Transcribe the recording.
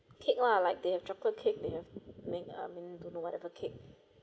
cake lah like they have chocolate cake they have make uh many don't know whatever cake